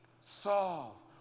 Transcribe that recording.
solve